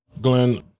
Glenn